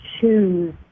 choose